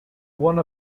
one